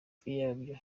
yabyo